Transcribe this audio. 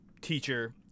teacher